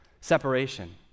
separation